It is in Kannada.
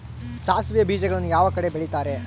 ಸಾಸಿವೆ ಬೇಜಗಳನ್ನ ಯಾವ ಕಡೆ ಬೆಳಿತಾರೆ?